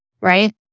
right